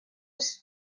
was